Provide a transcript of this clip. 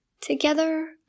Together